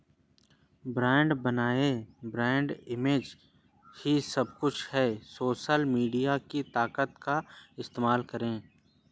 brand बनाएं, brand image ही सब कुछ है, सोशल मीडिया की ताकत का इस्तेमाल करें